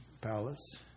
palace